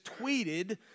tweeted